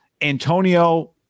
Antonio